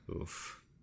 Oof